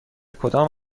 کدام